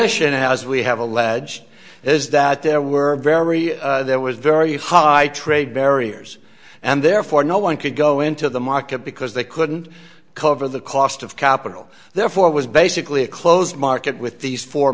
addition as we have alleged is that there were very there was very high trade barriers and therefore no one could go into the market because they couldn't cover the cost of capital therefore was basically a close market with these four